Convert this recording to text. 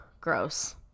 Gross